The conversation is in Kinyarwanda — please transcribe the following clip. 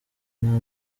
nta